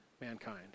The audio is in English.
mankind